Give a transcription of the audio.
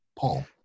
Paul